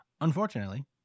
Unfortunately